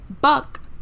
Buck